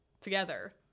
together